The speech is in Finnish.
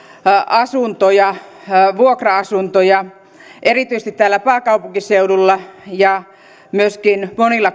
vuokra asuntoja erityisesti täällä pääkaupunkiseudulla ja